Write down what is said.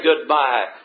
goodbye